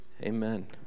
Amen